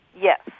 yes